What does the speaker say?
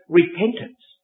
repentance